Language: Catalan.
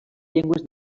llengües